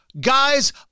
Guys